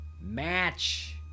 match